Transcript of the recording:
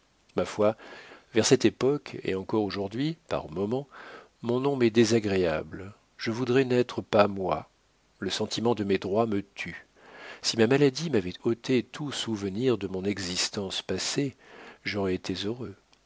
ma foi vers cette époque et encore aujourd'hui par moments mon nom m'est désagréable je voudrais n'être pas moi le sentiment de mes droits me tue si ma maladie m'avait ôté tout souvenir de mon existence passée j'aurais été heureux